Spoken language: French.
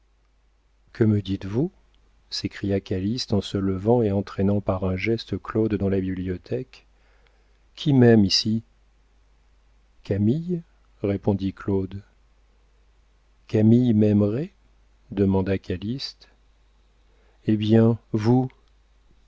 que me dites-vous s'écria calyste en se levant et entraînant par un geste claude dans la bibliothèque qui m'aime ici camille répondit claude camille m'aimerait demanda calyste eh bien vous